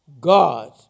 God